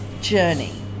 journey